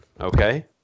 okay